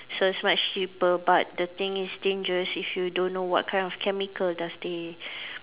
so it's much cheaper but the thing is dangerous if you don't know what kind of chemical does they